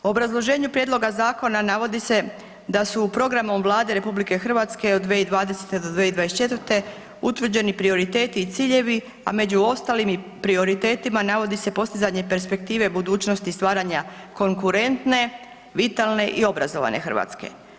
U obrazloženju prijedloga zakona navodi se da su programom Vlade RH od 2020. do 2024. utvrđeni prioriteti i ciljevi, a među ostalim prioritetima navodi se postizanje perspektive budućnosti stvaranja konkurentne, vitalne i obrazovane Hrvatske.